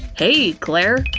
hey, claire!